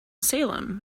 salem